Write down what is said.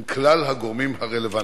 עם כלל הגורמים הרלוונטיים.